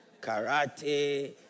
Karate